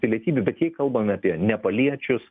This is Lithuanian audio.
pilietybių bet jei kalbam apie nepaliečius